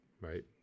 right